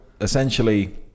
essentially